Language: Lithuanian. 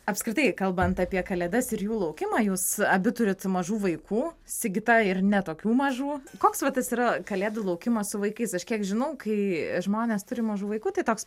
apskritai kalbant apie kalėdas ir jų laukimą jūs abi turit mažų vaikų sigita ir ne tokių mažų koks va tas yra kalėdų laukimas su vaikais aš kiek žinau kai žmonės turi mažų vaikų tai toks